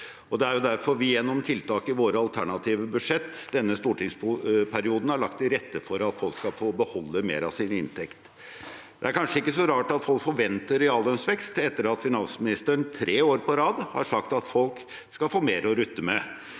Det er derfor vi gjennom tiltak i våre alternative budsjett i denne stortingsperioden har lagt til rette for at folk skal få beholde mer av sin inntekt. Det er kanskje ikke så rart at folk forventer reallønnsvekst etter at finansministeren tre år på rad har sagt at folk skal få mer å rutte med